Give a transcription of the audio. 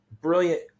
brilliant